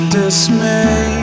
dismay